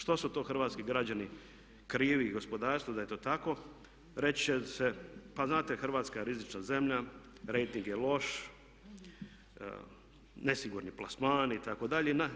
Što su to hrvatski građani krivi i gospodarstvo da je to tako reći će se, pa znate Hrvatska je rizična zemlja, rejting je loš, nesigurni plasmani itd.